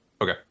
Okay